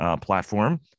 platform